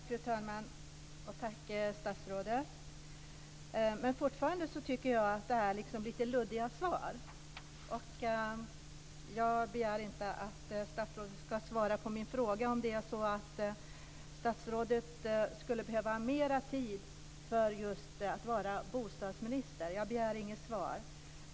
Fru talman! Tack statsrådet, men fortfarande tycker jag att det är lite luddiga svar. Jag begär inte att statsrådet ska svara på min fråga om statsrådet skulle behöva mer tid just för att vara bostadsminister. Jag begär inget svar.